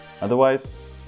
Otherwise